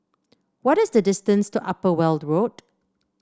what is the distance to Upper Weld Road